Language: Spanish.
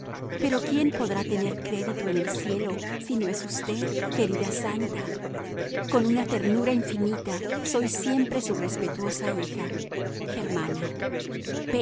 pero quién podrá tener crédito en el cielo si no es usted querida santa con una ternura infinita soy siempre su respetuosa hija germana